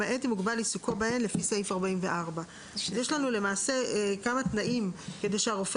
למעט אם הוגבל עיסוקו בהן לפי סעיף 44א. יש לנו כמה תנאים כדי שהרופא